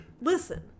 listen